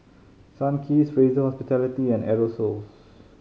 Sunkist Fraser Hospitality and Aerosoles